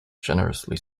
generously